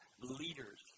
leaders